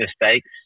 mistakes